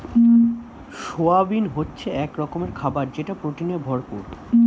soybean হচ্ছে এক রকমের খাবার যেটা প্রোটিনে ভরপুর